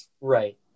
Right